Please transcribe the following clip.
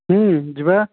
ଯିବା